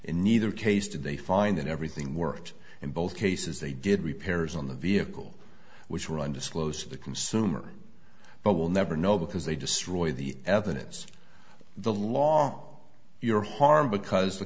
in neither case did they find that everything worked in both cases they did repairs on the vehicle which were undisclosed to the consumer but we'll never know because they destroy the evidence the long your harm because the